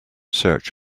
search